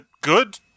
Good